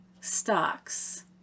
stocks